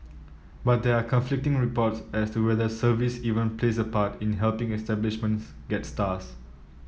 but there are conflicting reports as to whether service even plays a part in helping establishments get stars